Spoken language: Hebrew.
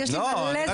בוא יש לי מלא זמן.